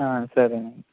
సరేనండి